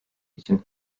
için